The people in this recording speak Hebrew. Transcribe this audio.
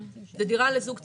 זה דירה לזוג צעיר,